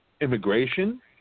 immigration